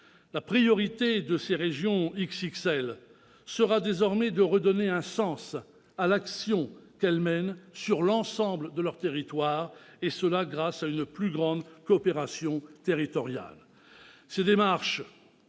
La priorité de ces régions « XXL » sera désormais de redonner un sens à l'action qu'elles mènent sur l'ensemble de leur territoire, et cela grâce à une plus grande coopération territoriale.